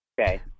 Okay